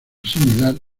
similar